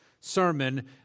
sermon